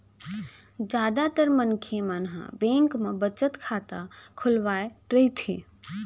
जादातर मनखे मन ह बेंक म बचत खाता खोलवाए रहिथे